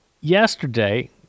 yesterday